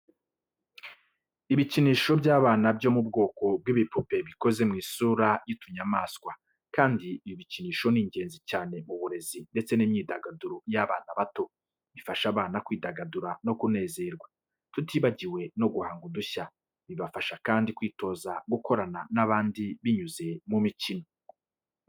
Ibikinisho by’abana byo mu bwoko bw'ibipupe bikoze mu isura y'utunyamaswa, kandi ibi bikinisho ni ingenzi cyane mu burezi ndetse n’imyidagaduro y’abana bato. Bifasha abana kwidagadura no kunezerwa, tutibagiwe no guhanga udushya. Bibafasha kandi kwitoza gukorana n’abandi binyuze mu mikino.